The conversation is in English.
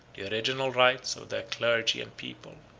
the original rights of their clergy and people.